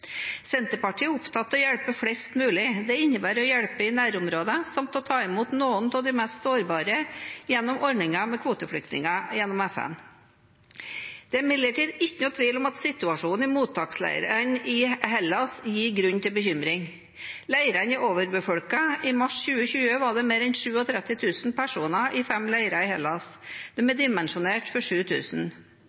Senterpartiet er opptatt av å hjelpe flest mulig. Det innebærer å hjelpe i nærområdene samt å ta imot noen av de mest sårbare gjennom ordningen med kvoteflyktninger gjennom FN. Det er imidlertid ingen tvil om at situasjonen i mottaksleirene i Hellas gir grunn til bekymring. Leirene er overbefolket. I mars 2020 var det mer enn 37 000 personer i fem leirer i Hellas. De er dimensjonert for